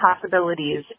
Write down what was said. possibilities